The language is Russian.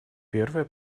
первое